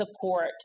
support